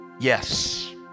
Yes